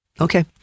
Okay